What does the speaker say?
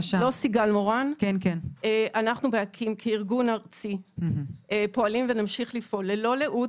אנחנו באקי"ם כארגון ארצי פועלים ונמשיך לפעול ללא לאות,